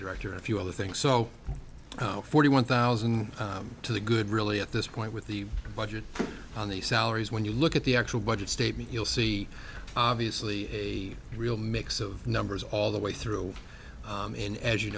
after a few other things so forty one thousand to the good really at this point with the budget on the salaries when you look at the actual budget statement you'll see obviously a real mix of numbers all the way through and as you